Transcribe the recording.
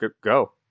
Go